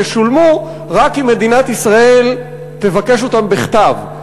ישולמו רק אם מדינת ישראל תבקש אותן בכתב.